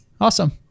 Awesome